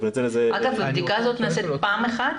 אגב, הבדיקה הזאת נעשית פעם אחת?